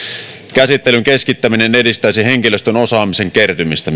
käsittelyn keskittäminen myös edistäisi henkilöstön osaamisen kertymistä